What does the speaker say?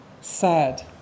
sad